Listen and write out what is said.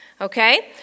Okay